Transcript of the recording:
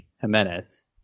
Jimenez